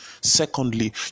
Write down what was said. secondly